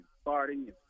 starting